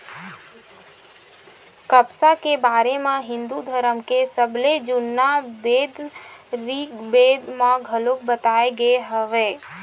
कपसा के बारे म हिंदू धरम के सबले जुन्ना बेद ऋगबेद म घलोक बताए गे हवय